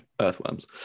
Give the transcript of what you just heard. earthworms